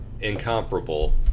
incomparable